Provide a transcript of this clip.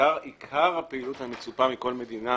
ועיקר הפעילות המצופה מכל מדינה